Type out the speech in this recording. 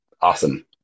awesome